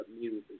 music